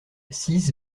six